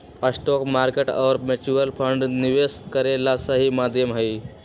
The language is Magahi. स्टॉक मार्केट और म्यूच्यूअल फण्ड निवेश करे ला सही माध्यम हई